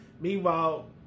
Meanwhile